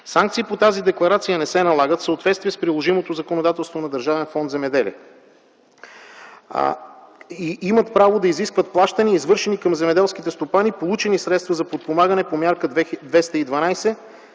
Санкции по тази декларация не се прилагат в съответствие с приложимото законодателство на Държавен фонд „Земеделие”. Те имат право да изискват плащания, извършени към земеделските стопани, за получени средства за подпомагане по Мярка 212